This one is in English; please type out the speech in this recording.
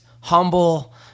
humble